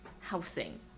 housing